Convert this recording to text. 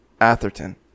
Atherton